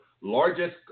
largest